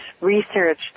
research